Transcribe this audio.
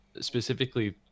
Specifically